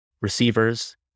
receivers